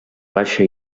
baixa